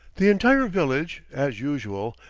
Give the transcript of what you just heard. the entire village, as usual,